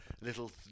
little